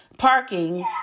parking